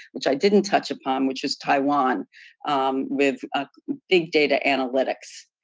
which i didn't touch upon, which is taiwan with big data analytics.